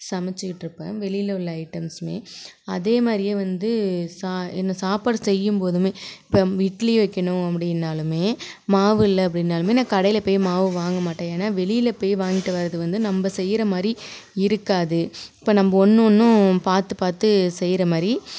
சமைச்சுக்கிட்டு இருப்பேன் வெளியில் உள்ள ஐட்டம்ஸ்மே அதே மாதிரியே வந்து இந்த சாப்பாடு செய்யும் போதும் இப்போ இட்லி வைக்கணும் அப்படின்னாலும் மாவு இல்லை அப்படின்னாலும் நான் கடையில் போய் மாவு வாங்க மாட்டேன் ஏனால் வெளியில் போய் வாங்கிட்டு வரது வந்து நம்ம செய்யுற மாதிரி இருக்காது இப்போ நம்ம ஒன்னொன்றும் பார்த்து பார்த்து செய்யுற மாதிரி